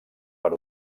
per